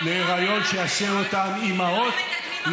הזה כדי להביא להיריון שיעשה אותן אימהות.